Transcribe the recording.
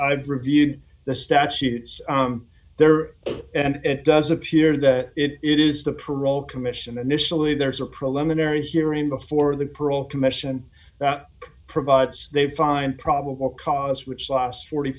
i've reviewed the statutes there and it does appear that it is the parole commission initially there's a preliminary hearing before the parole commission that provides they find probable cause which last forty